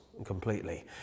completely